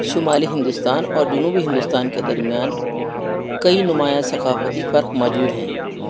شمالی ہندوستان اور جنوبی ہندوستان کے درمیان کئی نمایاں ثقافتی فرق موجود ہیں